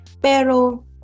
pero